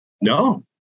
No